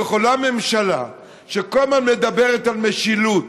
יכולה ממשלה שכל הזמן מדברת על משילות,